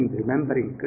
remembering